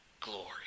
glory